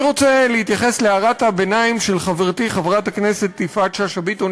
אני רוצה להתייחס להערת הביניים של חברתי חברת הכנסת יפעת שאשא ביטון,